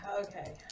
Okay